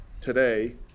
today